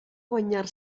guanyar